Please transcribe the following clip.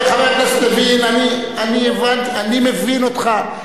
חבר הכנסת לוין, אני מבין אותך.